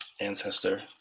ancestor